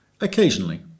occasionally